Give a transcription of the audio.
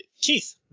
Keith